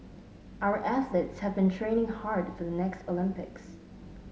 our athletes have been training hard for the next Olympics